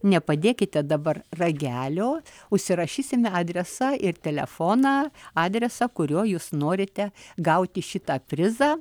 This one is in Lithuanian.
nepadėkite dabar ragelio užsirašysime adresą ir telefoną adresą kuriuo jūs norite gauti šitą prizą